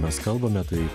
mes kalbame tai